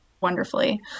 wonderfully